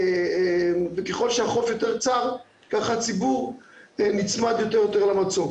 וככל שהחוף יותר צר ככה ציבור נצמד יותר ויותר למצוק.